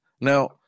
now